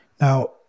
Now